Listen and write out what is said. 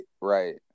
right